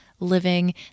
living